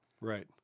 Right